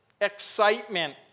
excitement